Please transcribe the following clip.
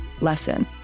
lesson